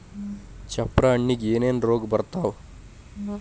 ಚಪ್ರ ಹಣ್ಣಿಗೆ ಏನೇನ್ ರೋಗ ಬರ್ತಾವ?